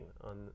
on